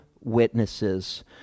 witnesses